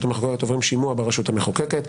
המחוקקת עוברים שימוע ברשות המחוקקת.